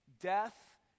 death